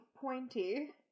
pointy